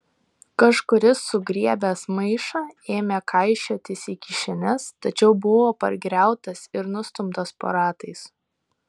kažkuris sugriebęs maišą ėmė kaišiotis į kišenes tačiau buvo pargriautas ir nustumtas po ratais